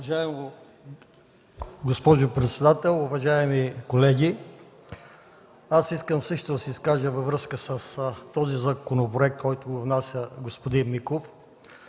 Уважаема госпожо председател, уважаеми колеги, аз също искам да се изкажа във връзка с този законопроект, който внася господин Миков.